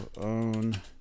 own